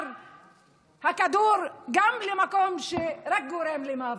והכדור ישר במקום שגורם רק למוות?